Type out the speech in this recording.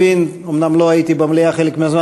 אומנם לא הייתי במליאה חלק מהזמן,